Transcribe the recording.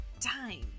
time